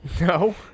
No